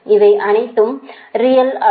இவை அனைத்தும் ரியல் அளவு